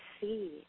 see